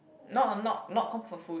not not not comfort food